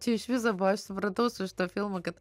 čia iš viso buvo aš supratau su šituo filmu kad